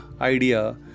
idea